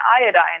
iodine